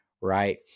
right